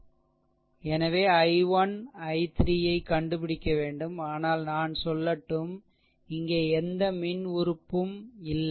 எனவே I1 I3ஐ கண்டுபிடிக்க வேண்டும் ஆனால் நான் சொல்லட்டும் இங்கே எந்த மின்உறுப்பு இல்லை